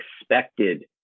expected